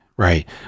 Right